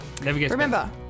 remember